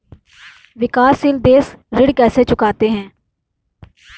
विकाशसील देश ऋण कैसे चुकाते हैं?